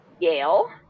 yale